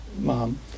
mom